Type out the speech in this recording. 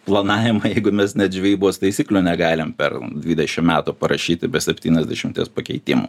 planavimą jeigu mes net žvejybos taisyklių negalim per dvidešim metų parašyti be septyniasdešimties pakeitimų